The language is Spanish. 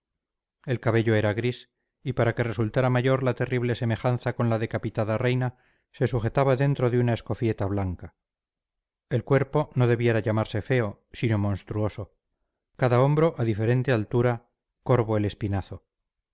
el cabello era gris y para que resultara mayor la terrible semejanza con la decapitada reina se sujetaba dentro de una escofieta blanca el cuerpo no debiera llamarse feo sino monstruoso cada hombro a diferente altura corvo el espinazo